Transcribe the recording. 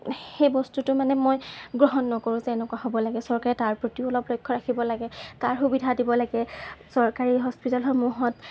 সেই বস্তুটো মানে মই গ্ৰহণ নকৰোঁ যে এনেকুৱা হ'ব লাগে চৰকাৰে তাৰ প্ৰতিও অলপ লক্ষ্য ৰাখিব লাগে তাৰ সুবিধা দিব লাগে চৰকাৰী হস্পিতালসমূহত